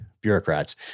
bureaucrats